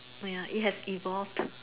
ya it has evolved